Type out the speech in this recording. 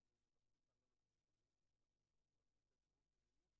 עליו "נוסח לדיון",